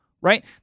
right